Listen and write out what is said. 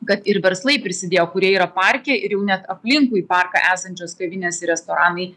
kad ir verslai prisidėjo kurie yra parke ir jau net aplinkui parką esančios kavinės restoranai